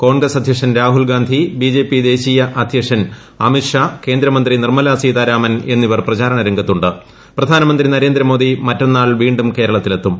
കോൺഗ്രസ് അധ്യക്ഷൻ Rahul Gandhi B J P ദേശീയ അധ്യക്ഷൻ അമിത് ഷാ കേന്ദ്രമന്ത്രി നിർമ്മലാ സീതാരാമൻ എന്നിവർ പ്രചാരണ രംഗത്തു പ്രധാനമന്ത്രി നരേന്ദ്രമോദി മറ്റെന്നാൾ വീ ൂം കേരളത്തിൽ എത്തും